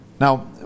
Now